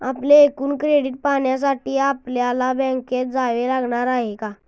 आपले एकूण क्रेडिट पाहण्यासाठी आपल्याला बँकेत जावे लागणार आहे का?